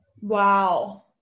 Wow